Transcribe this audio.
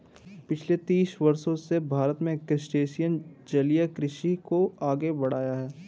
पिछले तीस वर्षों से भारत में क्रस्टेशियन जलीय कृषि को आगे बढ़ाया है